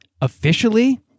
officially